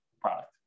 product